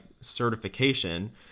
certification